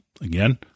again